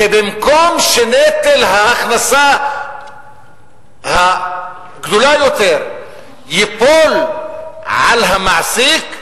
שבמקום שנטל ההכנסה הגדולה יותר ייפול על המעסיק,